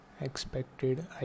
Expected